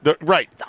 Right